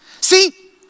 See